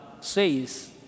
says